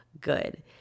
good